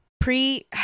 pre